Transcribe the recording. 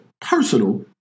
personal